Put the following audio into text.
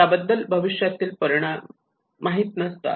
त्याबद्दलचे भविष्यातील परिणाम माहिती नसतात